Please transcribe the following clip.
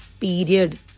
Period